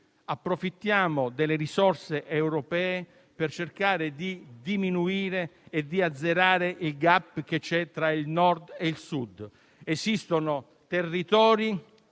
approfittiamo delle risorse europee per cercare di diminuire e azzerare il *gap* esistente tra il Nord e il Sud. Esistono territori